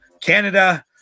Canada